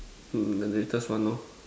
hmm the latest one lor